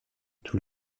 tout